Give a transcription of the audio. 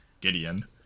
Gideon